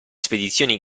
spedizioni